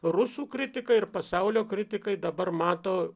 rusų kritikai ir pasaulio kritikai dabar mato